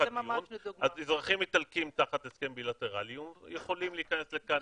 אז אזרחים איטלקים תחת הסכם בי-לטראלי יכולים להיכנס לכאן,